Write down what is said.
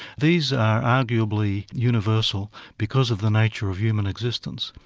these are arguably universal because of the nature of human existence.